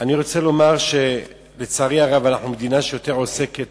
אני רוצה לומר שלצערי הרב אנחנו מדינה שיותר עוסקת